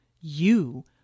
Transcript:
You